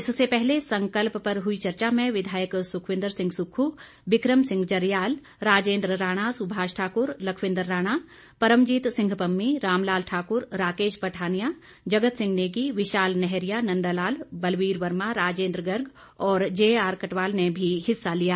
इससे पहले संकल्प पर हुई चर्चा में विधायक सुखविंद्र सिंह सुक्खू बिक्रम सिंह जरयाल राजेंद्र राणा सुभाष ठाकुर लखविंद्र राणा परमजीत सिंह पम्मी राम लाल ठाकुर राकेश पठानिया जगत सिंह नेगी विशाल नैहरिया नंद लाल बलवीर वर्मा राजेंद्र गर्ग और जेआर कटवाल ने भी हिस्सा लिया